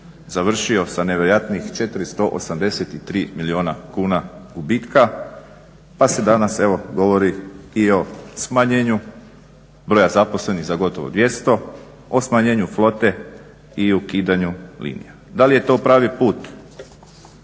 završio sa nevjerojatnih 483 milijuna kuna gubitka pa se danas evo govori i o smanjenju broja zaposlenih za gotovo 200, o smanjenju flote i ukidanju linija. Da li je to pravi put